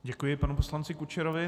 Děkuji panu poslanci Kučerovi.